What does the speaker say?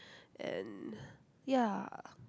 and ya